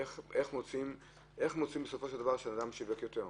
איך מוצאים בסופו של דבר שאדם שיווק יותר?